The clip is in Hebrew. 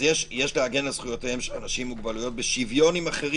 יש להגן על זכויותיהם של אנשים עם מוגבלויות בשוויון עם אחרים